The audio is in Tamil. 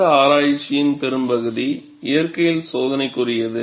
இந்த ஆராய்ச்சியின் பெரும்பகுதி இயற்கையில் சோதனைக்குரியது